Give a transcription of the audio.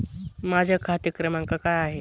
माझा खाते क्रमांक काय आहे?